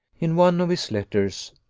in one of his letters,